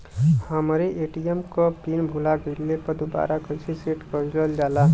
हमरे ए.टी.एम क पिन भूला गईलह दुबारा कईसे सेट कइलजाला?